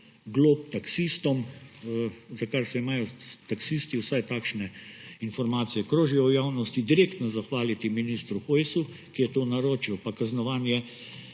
taksistom, za kar se imajo taksisti – vsaj takšne informacije krožijo v javnosti – direktno zahvaliti ministru Hojsu, ki je to naročil, pa kaznovanje